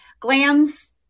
Glams